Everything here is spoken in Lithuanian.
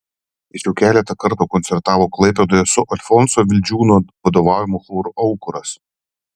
jis jau keletą kartų koncertavo klaipėdoje su alfonso vildžiūno vadovaujamu choru aukuras